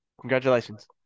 Congratulations